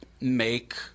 make